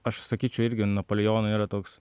aš sakyčiau irgi napolijono yra toks